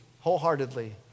wholeheartedly